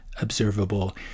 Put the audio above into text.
observable